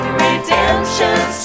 redemption